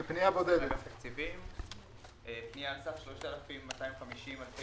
פנייה על סך 3,250 אלפי